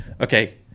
Okay